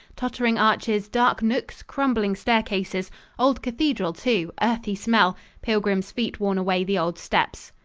tottering arches, dark nooks, crumbling staircases old cathedral, too earthy smell pilgrims' feet worn away the old steps.